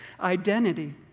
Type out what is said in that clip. identity